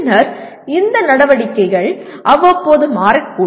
பின்னர் இந்த நடவடிக்கைகள் அவ்வப்போது மாறக்கூடும்